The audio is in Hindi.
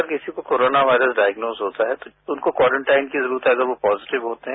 यदि किसी को कोरोना वायरस डायग्नोस होता है तो उनको कोरनटाइन की जरूरत है अगर वो पॉजिटिव होते है